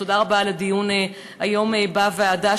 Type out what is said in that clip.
ותודה רבה על הדיון היום בוועדה,